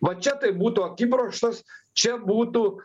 va čia tai būtų akibrokštas čia būtų